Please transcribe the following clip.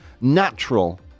Natural